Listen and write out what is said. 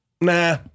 nah